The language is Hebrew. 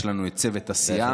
יש לנו את צוות הסיעה,